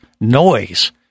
noise